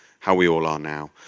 how we all are now.